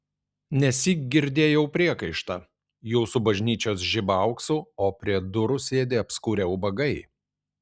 nesyk girdėjau priekaištą jūsų bažnyčios žiba auksu o prie durų sėdi apskurę ubagai